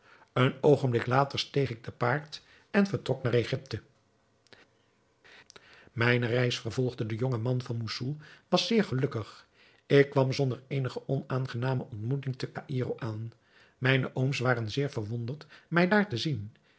een oogenblik later steeg ik te paard en vertrok naar egypte mijne reis vervolgde de jonge man van moussoul was zeer gelukkig ik kwam zonder eenige onaangename ontmoeting te caïro aan mijne ooms waren zeer verwonderd mij daar te zien